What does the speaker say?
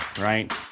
right